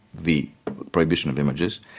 the prohibition of images,